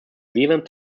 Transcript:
zealand